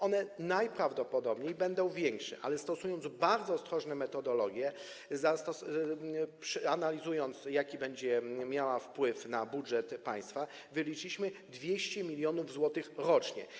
One najprawdopodobniej będą większe, ale stosując bardzo ostrożne metodologie, analizując, jaki to będzie miało wpływ na budżet państwa, wyliczyliśmy kwotę 200 mln zł rocznie.